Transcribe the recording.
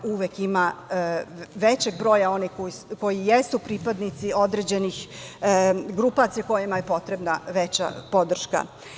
Uvek ima većeg broja onih koji jesu pripadnici određenih grupacija kojima je potrebna veća podrška.